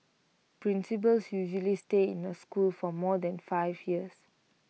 principals usually stay in A school for more than five years